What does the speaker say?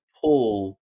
pull